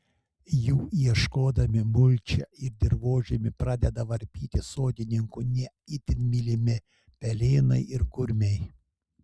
jų ieškodami mulčią ir dirvožemį pradeda varpyti sodininkų ne itin mylimi pelėnai ir kurmiai